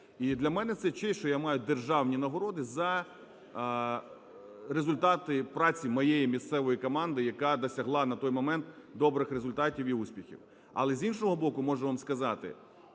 І для мене це честь, що я маю державні нагороди за результати праці моєї місцевої команди, яка досягла на той момент добрих результатів і успіхів. Але, з іншого боку, можу вам сказати,